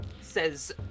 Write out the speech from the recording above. says